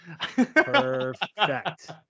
Perfect